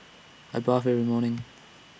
I bath every morning